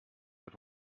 but